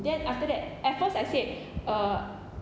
then after that at first I said uh